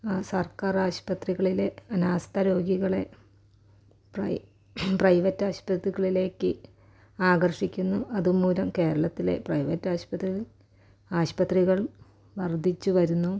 സർക്കാർ ആശുപത്രികളിലെ അനാസ്ഥ രോഗികളെ പ്രൈ പ്രൈവറ്റ് ആശുപത്രികളിലേക്ക് ആകർഷിക്കുന്നു അതുമൂലം കേരളത്തിലെ പ്രൈവറ്റ് ആശുപത്രി ആശുപത്രികൾ വർദ്ധിച്ചുവരുന്നു